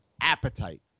appetite